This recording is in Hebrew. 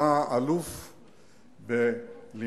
אתה אלוף בלמרוח.